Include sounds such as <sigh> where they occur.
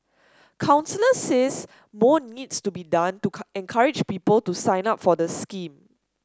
counsellors says more needs to be done to <unintelligible> encourage people to sign up for the scheme